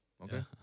Okay